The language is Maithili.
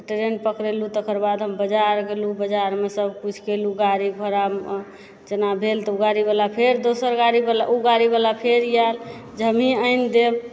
ट्रेन पकड़ेलहुँ तकरबाद हम बजार गेलहुँ बजारमे सब किुछ कयलहुँ गाड़ी घोड़ा जेना भेल तऽ उ गाड़ीवला फेर दोसर गाड़ीवला उ गाड़ीवला फेर ई आयल जे हमहीं आनि देब